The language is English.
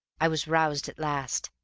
i was roused at last.